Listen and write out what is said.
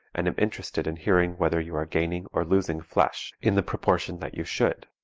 and am interested in hearing whether you are gaining or losing flesh in the proportion that you should.